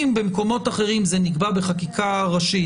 אם במקומות אחרים זה נקבע בחקיקה ראשית,